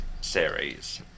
series